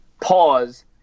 pause